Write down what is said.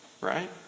Right